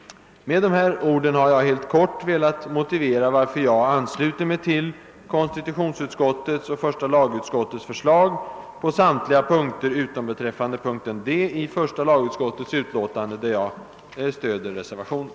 Med dessa ord har jag velat helt kort motivera varför jag ansluter mig till konstitutionsutskottets och första lagutskottets förslag på samtliga punkter utom beträffande punkten D i första lagutskottets utlåtande, där jag stöder reservationen.